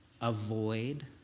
avoid